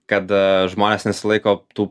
kad žmonės nesilaiko tų